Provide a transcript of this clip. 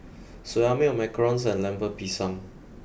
Soya Milk Macarons and Lemper Pisang